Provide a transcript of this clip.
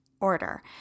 order